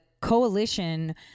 coalition